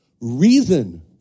reason